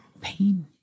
pain